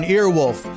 Earwolf